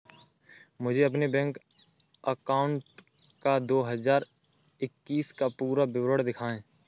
मुझे अपने bank account का दो हज़ार इक्कीस का पूरा विवरण दिखाएँ?